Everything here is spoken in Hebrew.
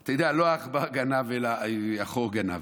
אתה יודע, לא העכבר גנב אלא החור גנב.